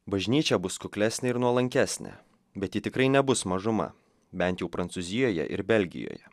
bažnyčia bus kuklesnė ir nuolankesnė bet ji tikrai nebus mažuma bent jau prancūzijoje ir belgijoje